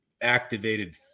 activated